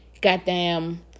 Goddamn